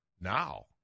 now